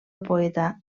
poeta